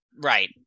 Right